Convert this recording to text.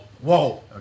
Whoa